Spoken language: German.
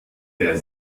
der